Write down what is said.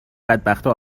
بدبختا